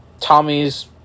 Tommy's